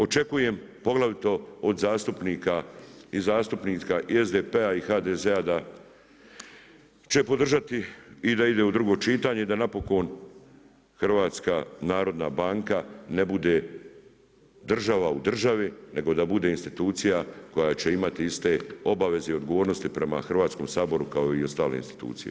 Očekujem poglavito od zastupnika i zastupnika i SDP-a i HDZ-a da će podržati i da ide u drugo čitanje i da napokon HNB, ne bude država u državi, nego da bude institucija, koja će imati iste obaveze i odgovornosti prema Hrvatskom saboru, kao i ostale institucije.